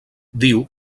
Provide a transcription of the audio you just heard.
diu